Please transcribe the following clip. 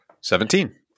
Seventeen